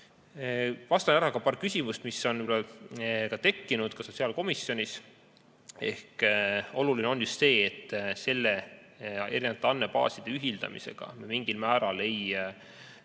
Vastan ära ka paar küsimust, mis on tekkinud sotsiaalkomisjonis. Oluline on just see, et me erinevate andmebaaside ühildamisega mingil määral ei